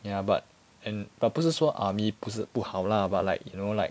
ya but and but 不是说 army 不是不好 lah but like you know like